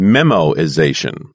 Memoization